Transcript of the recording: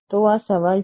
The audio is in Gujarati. તો આ સવાલ છે